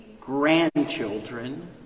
grandchildren